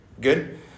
Good